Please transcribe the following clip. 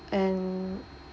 and